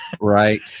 Right